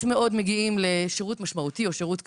מאוד מגיעים לשירות משמעותי או שירות קרבי.